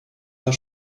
are